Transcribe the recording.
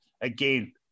again